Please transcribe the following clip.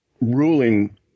ruling –